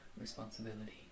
responsibility